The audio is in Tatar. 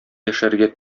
яшәргә